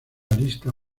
lista